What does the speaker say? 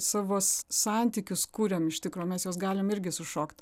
savus santykius kuriam iš tikro mes juos galime irgi sušokt